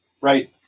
Right